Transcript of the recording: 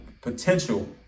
potential